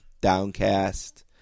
Downcast